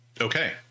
Okay